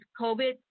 COVID